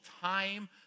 time